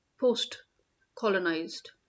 post-colonized